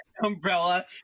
umbrella